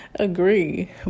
Agree